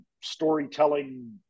storytelling